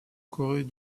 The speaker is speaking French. corée